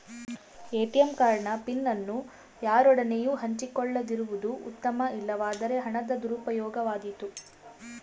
ATM card ನ PIN ಅನ್ನು ಯಾರೊಡನೆಯೂ ಹಂಚಿಕೊಳ್ಳದಿರುವುದು ಉತ್ತಮ, ಇಲ್ಲವಾದರೆ ಹಣದ ದುರುಪಯೋಗವಾದೀತು